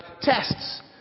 tests